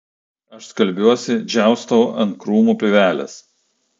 aš skalbiuosi džiaustau ant krūmų pievelės